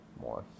more